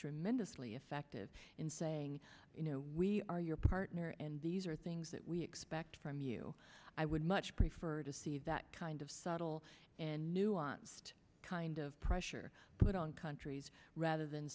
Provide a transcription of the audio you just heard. tremendously effective in saying you know we are your partner and these are things that we expect from you i would much prefer to see that kind of subtle and nuanced kind of pressure put on countries rather than